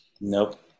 Nope